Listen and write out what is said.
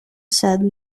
said